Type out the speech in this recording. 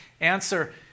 Answer